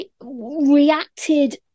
reacted